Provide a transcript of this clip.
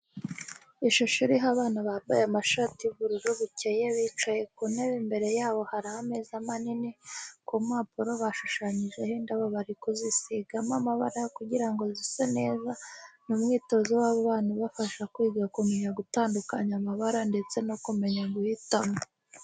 Ishusho iriho abana bambaye amashati y'ubururu bukeye bicaye ku ntebe imbere yabo hari ameza manini, ku mpapuro bashushanyije indabo bari kuzisigamo amabara kugira ngo zise neza, ni umwitozo w'abana bato ubafasha kwiga kumeya gutandukanya amabara ndetse no kumeya guhitamo.